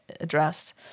Addressed